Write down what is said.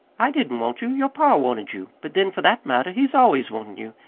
i didn't want you. your pa wanted you. but, then, for that matter, he's always wantin' you.